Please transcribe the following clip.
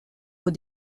aux